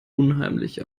unheimlich